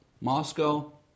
Moscow